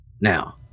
Now